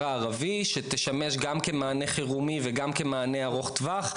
הערבי שתשמש גם כמענה חירומי וגם כמענה ארוך טווח.